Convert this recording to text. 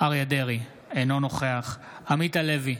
אריה מכלוף דרעי, אינו נוכח עמית הלוי,